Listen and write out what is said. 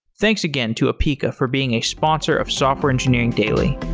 thanks again to apica for being a sponsor of software engineering daily